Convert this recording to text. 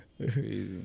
crazy